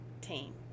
team